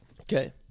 Okay